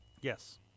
Yes